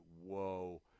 Whoa